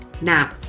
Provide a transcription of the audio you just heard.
Now